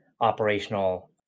operational